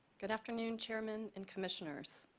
good afternoon chairman and commissioners.